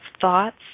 thoughts